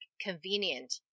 convenient